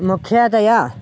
मुख्यतया